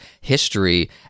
history